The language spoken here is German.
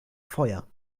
feuer